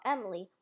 Emily